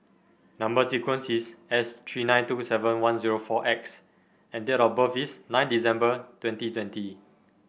number sequence is S three nine two seven one zero four X and date of birth is nine December twenty twenty